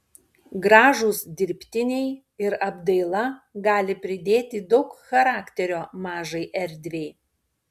gražūs dirbtiniai ir apdaila gali pridėti daug charakterio mažai erdvei